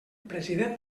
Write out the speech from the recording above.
president